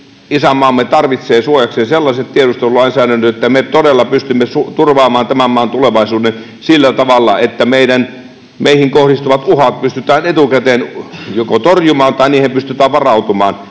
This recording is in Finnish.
isänmaamme tarvitsee suojakseen sellaisen tiedustelulainsäädännön, että me todella pystymme turvaamaan tämän maan tulevaisuuden sillä tavalla, että meihin kohdistuvat uhat pystytään etukäteen joko torjumaan tai niihin pystytään varautumaan.